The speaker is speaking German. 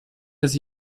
dass